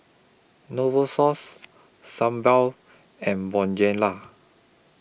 Novosource Sebamed and Bonjela